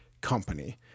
company